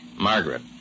Margaret